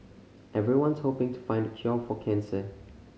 everyone's hoping to find the cure for cancer